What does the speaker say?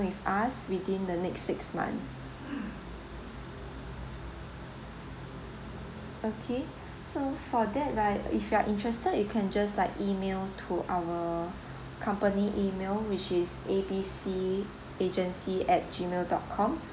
with us within the next six month okay so for that right if you are interested you can just like email to our company email which is A B C agency at gmail dot com